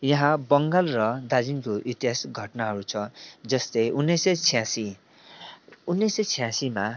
यहाँ बङ्गाल र दार्जिलिङको इतिहास घटनाहरू छ जस्तै उन्नाइस सय छ्यासी उन्नाइस सय छ्यासीमा